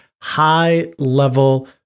high-level